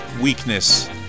weakness